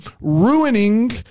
ruining